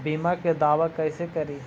बीमा के दावा कैसे करी?